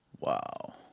Wow